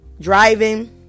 Driving